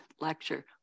lecture